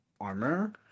armor